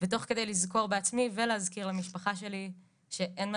ותוך כדי לזכור בעצמי ולהזכיר למשפחה שלי שאין מה